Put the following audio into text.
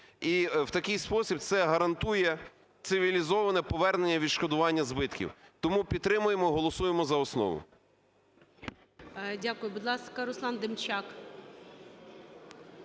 І в такий спосіб це гарантує цивілізоване повернення відшкодування збитків. Тому підтримуємо, голосуємо за основу.